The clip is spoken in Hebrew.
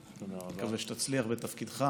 אני מקווה שתצליח בתפקידך